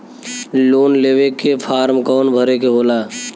Loan लेवे के form कौन भरे के होला?